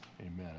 Amen